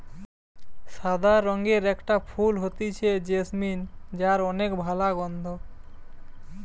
সাদা রঙের একটা ফুল হতিছে জেসমিন যার অনেক ভালা গন্ধ